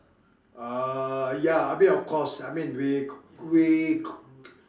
ah ya I mean of course I mean we c~ we